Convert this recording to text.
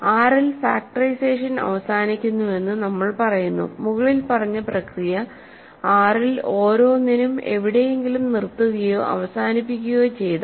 R ൽ factorisation അവസാനിക്കുന്നുവെന്നു നമ്മൾ പറയുന്നു മുകളിൽ പറഞ്ഞ പ്രക്രിയ R ൽ ഓരോന്നിനും എവിടെയെങ്കിലും നിർത്തുകയോ അവസാനിപ്പിക്കുകയോ ചെയ്താൽ